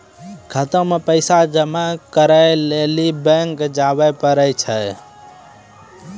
खाता मे पैसा जमा करै लेली बैंक जावै परै छै